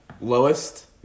Lowest